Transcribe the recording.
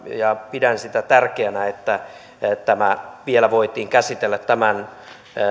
ja pidän tärkeänä sitä että tämä vielä voitiin käsitellä tämän